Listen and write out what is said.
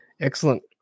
Excellent